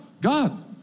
God